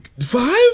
Five